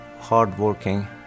hardworking